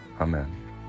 amen